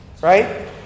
right